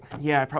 yeah,